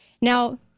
Now